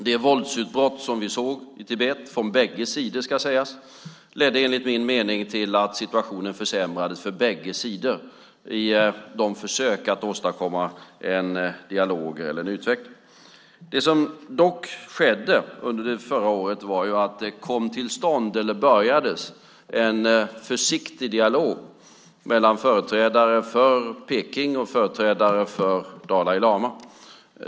Det våldsutbrott som vi såg i Tibet, från bägge sidor ska sägas, ledde enligt min mening till att situationen försämrades för bägge sidor i försöken att åstadkomma en dialog eller utveckling. Det som skedde under förra året var att det påbörjades en försiktig dialog mellan företrädare för Peking och företrädare för Dalai lama.